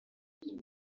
ibyo